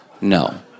no